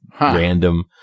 random